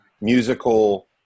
musical